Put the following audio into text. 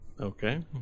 Okay